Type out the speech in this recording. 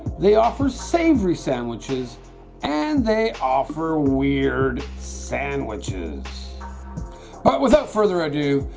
they offer savory sandwiches and they offer weird sandwiches but without further ado,